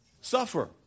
suffer